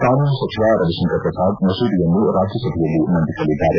ಕಾನೂನು ಸಚಿವ ರವಿಶಂಕರ್ ಪ್ರಸಾದ್ ಮಸೂದೆಯನ್ನು ರಾಜ್ಯಸಭೆಯಲ್ಲಿ ಮಂಡಿಸಲಿದ್ದಾರೆ